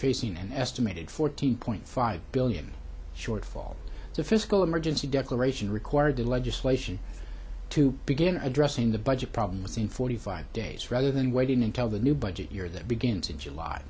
facing an estimated fourteen point five billion shortfall the fiscal emergency declaration required legislation to begin addressing the budget problem within forty five days rather than waiting until the new budget year that begins in july